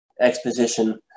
exposition